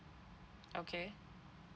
okay